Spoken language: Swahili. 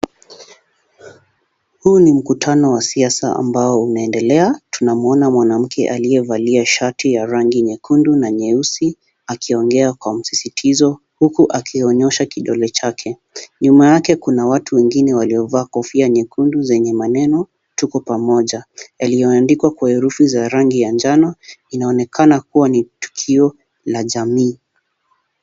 Huu ni mkutano wa siasa ambao unaoendelea. Tunamuona mwanamke aliyevalia shati ya rangi nyekundu na nyeusi akiongea kwa msisitizo, huku akionyosha kidole chake. Nyuma yake kuna watu wengine waliovaa kofia nyekundu zenye maneno tuko pamoja yalliyoandikwa kwa herufi za rangi ya njano. Inaonekana kuwa ni tukio la jamii.